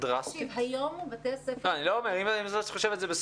אם את חושבת שלא,